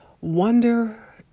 wonder